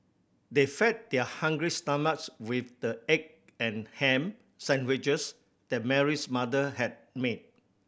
they fed their hungry stomachs with the egg and ham sandwiches that Mary's mother had made